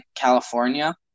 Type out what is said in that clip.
California